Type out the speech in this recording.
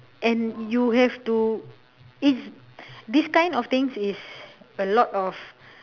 and you have to it's this kind of things is a lot of